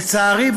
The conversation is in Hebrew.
לצערי,